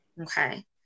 okay